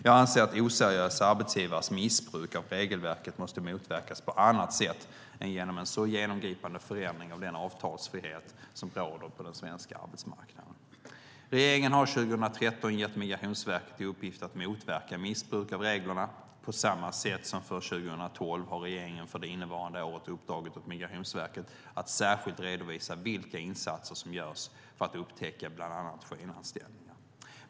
Jag anser att oseriösa arbetsgivares missbruk av regelverket måste motverkas på annat sätt än genom en så ingripande förändring av den avtalsfrihet som råder på den svenska arbetsmarknaden. Regeringen har 2013 gett Migrationsverket i uppgift att motverka missbruk av reglerna. På samma sätt som för 2012 har regeringen för det innevarande året uppdragit åt Migrationsverket att särskilt redovisa vilka insatser som görs för att upptäcka bland annat skenanställningar.